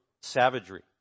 Savagery